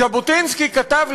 ז'בוטינסקי כתב,